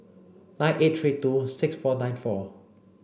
nine eight three two six four nine four